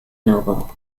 novel